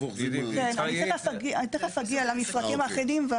תכף אגיד למפרטים האחידים.